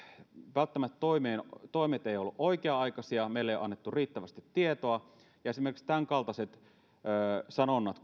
välttämättä toimet toimet eivät ole olleet oikea aikaisia meille ei ole annettu riittävästi tietoa esimerkiksi tämänkaltaiset sanonnat